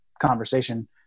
conversation